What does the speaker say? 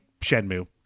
Shenmue